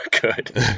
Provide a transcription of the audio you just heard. good